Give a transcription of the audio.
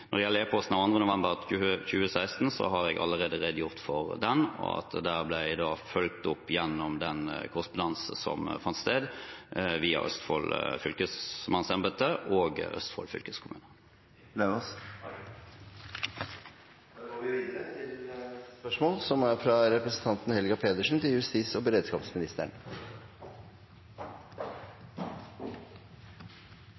Når det gjelder e-posten av 2. november 2016, har jeg allerede redegjort for at den ble fulgt opp gjennom den korrespondansen som fant sted via Østfold fylkesmannsembete og Østfold fylkeskommune. «Etter fiberkabelbrudd utenfor kysten av Varangerhalvøya ble 3 500 mennesker isolert fra ordinær kommunikasjon over lengre tid. I tillegg ble flere fiskere uten kystradio og